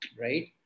right